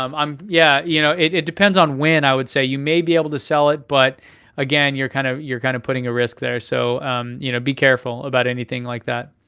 um um yeah you know it it depends on when, i would say. you may be able to sell it, but again, you're kind of you're kind of putting a risk there, so you know be careful about anything like that.